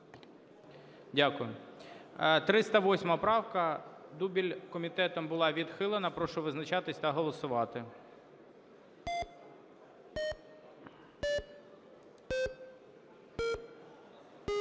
Дякую. Правка 311 комітетом була відхилена. Прошу визначатися та голосувати.